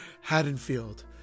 Haddonfield